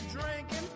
drinking